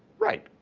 right.